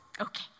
Okay